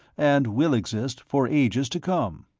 and will exist for ages to come.